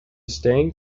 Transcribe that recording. stained